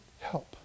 help